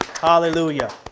Hallelujah